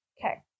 Okay